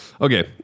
Okay